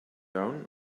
down